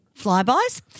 Flybys